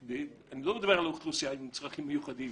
אני לא מדבר על אוכלוסייה עם צרכים מיוחדים,